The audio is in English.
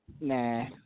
Nah